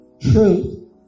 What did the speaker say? truth